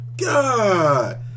God